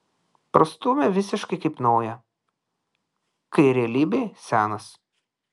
prastūmė visiškai kaip naują kai realybėj senas